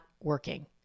working